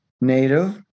native